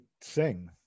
sing